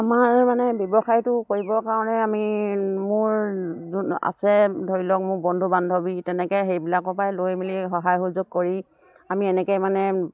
আমাৰ মানে ব্যৱসায়টো কৰিবৰ কাৰণে আমি মোৰ যোন আছে ধৰি লওক মোৰ বন্ধু বান্ধৱী তেনেকে সেইবিলাকৰ পৰাই লৈ মেলি সহায় সুযোগ কৰি আমি এনেকে মানে